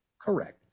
correct